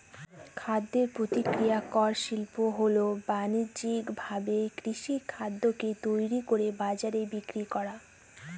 খাদ্য প্রক্রিয়াকরন শিল্প হল বানিজ্যিকভাবে কৃষিখাদ্যকে তৈরি করে বাজারে বিক্রি করা